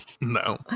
No